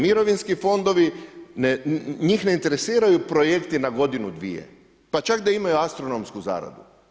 Mirovinski fondovi, njih ne interesiraju projekti na godinu, dvije, pa čak da imaju astronomsku zaradu.